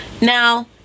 Now